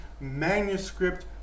Manuscript